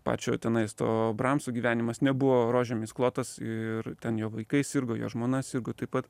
pačio tenais to bramso gyvenimas nebuvo rožėmis klotas ir ten jo vaikai sirgo jo žmona sirgo taip pat